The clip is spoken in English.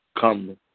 come